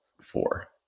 four